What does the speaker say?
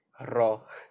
raw